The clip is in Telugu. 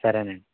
సరేనండి